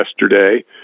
yesterday